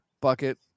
bucket